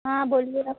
हाँ बोलिए आप